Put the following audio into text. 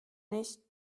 nicht